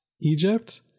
Egypt